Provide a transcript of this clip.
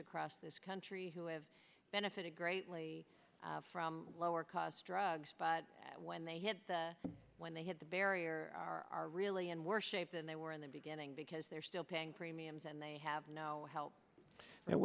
across this country who have benefited greatly from lower cost drugs but when they hit when they hit the barrier are really and worship than they were in the beginning because they're still paying premiums and they have no help but